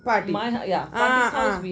paati ah ah